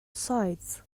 sides